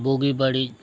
ᱵᱩᱜᱤᱼᱵᱟᱹᱲᱤᱡ